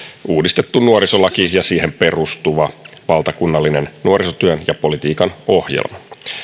uudistettu nuorisolaki ja siihen perustuva valtakunnallinen nuorisotyön ja politiikan ohjelma